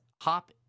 hop